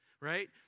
right